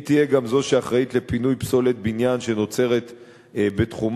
היא תהיה גם זו שאחראית לפינוי פסולת בניין שנוצרת בתחומה.